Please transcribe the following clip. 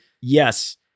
Yes